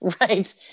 right